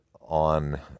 on